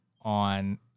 on